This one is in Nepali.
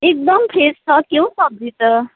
एकदम फ्रेस छ के हौ सब्जी त